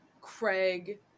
Craig